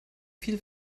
viel